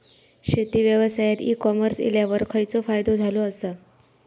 शेती व्यवसायात e commerce इल्यावर खयचो फायदो झालो आसा?